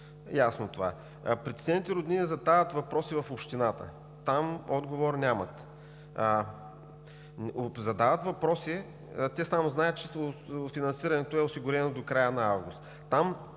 Притеснените роднини задават въпроси в общината. Оттам отговор нямат, само знаят, че финансирането е осигурено до края на месец